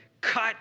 cut